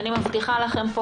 אני מבטיחה לכם פה,